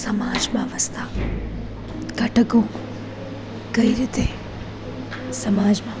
સમાજમાં વસતા ઘટકો કઈ રીતે સમાજમાં